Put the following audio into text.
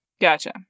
Gotcha